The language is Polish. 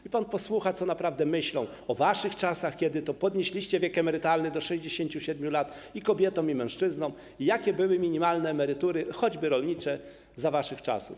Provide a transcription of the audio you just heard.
Niech pan posłucha, co oni naprawdę myślą o waszych czasach, kiedy to podnieśliście wiek emerytalny do 67 lat i kobietom, i mężczyznom, o tym, jakie były minimalne emerytury, choćby rolnicze, za waszych czasów.